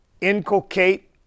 inculcate